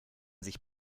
sich